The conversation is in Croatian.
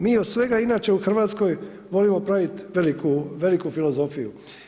Mi od svega inače u Hrvatskoj volimo pravit veliku filozofiju.